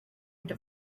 into